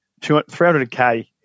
300K